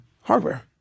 hardware